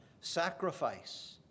sacrifice